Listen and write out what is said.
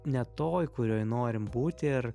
ne toj kurioj norim būti ir